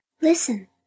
Listen